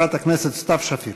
חברת הכנסת סתיו שפיר.